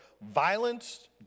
violence